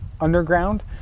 underground